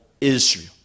israel